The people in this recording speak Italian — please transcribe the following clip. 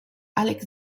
alex